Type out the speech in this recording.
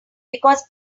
because